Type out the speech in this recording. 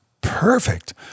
Perfect